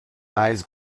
eyes